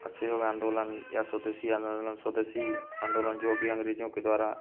असहयोग आंदोलन या स्वदेशी आंदोलन स्वदेशी आंदोलन जो कि अंग्रेजों के द्वारा